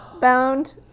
bound